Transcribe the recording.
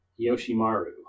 Yoshimaru